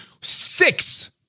six